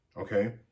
Okay